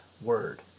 word